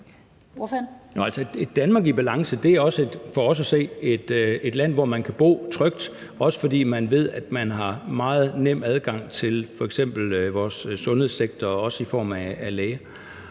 Et Danmark i balance er for os at se også et land, hvor man kan bo trygt, også fordi man ved, at man har meget nem adgang til f.eks. sundhedssektoren og også